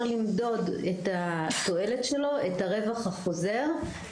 למדוד את התועלת שלו ואת הרווח החוזר ממנו.